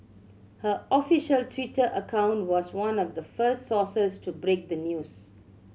her official Twitter account was one of the first sources to break the news